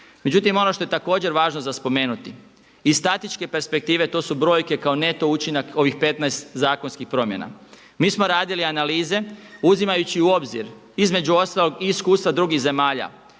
Međutim ono što je također važno za spomenuti, iz statičke perspektive to su brojke kao neto učinak ovih 15 zakonskih promjena. Mi smo radili analize uzimajući u obzir između ostalog i iskustva drugih zemalja